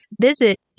Visit